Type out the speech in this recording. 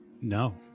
no